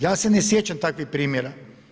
Ja se ne sjećam takvih primjera.